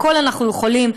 הכול אנחנו יכולים,